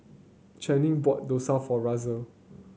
Chanie bought dosa for Russel